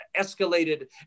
escalated